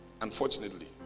unfortunately